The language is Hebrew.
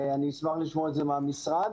ואני אשמח לשמוע את זה מהמשרד,